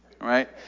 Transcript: Right